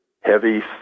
heavy